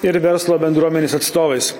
ir verslo bendruomenės atstovais